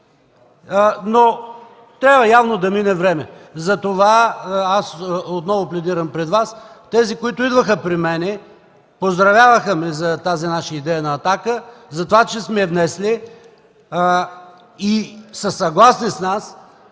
но трябва явно да мине време. Аз отново пледирам пред Вас – тези, които идваха при мен, поздравяваха ме за тази идея на „Атака”, че сме я внесли и са съгласни с нас,